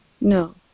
No